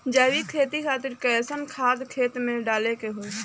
जैविक खेती खातिर कैसन खाद खेत मे डाले के होई?